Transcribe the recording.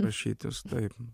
prašytis taip